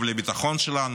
טוב לביטחון שלנו,